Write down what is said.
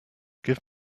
give